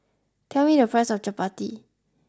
tell me the price of Chapati